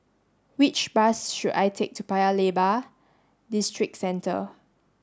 which bus should I take to Paya Lebar Districentre